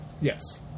Yes